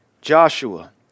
Joshua